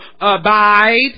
abide